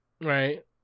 right